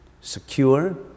secure